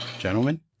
gentlemen